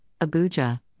Abuja